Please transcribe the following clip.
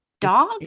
dog